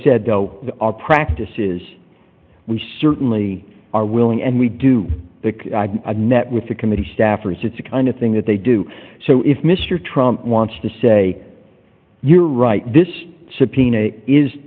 said though our practices we certainly are willing and we do take i've met with the committee staffers it's a kind of thing that they do so if mr trump wants to say you're right this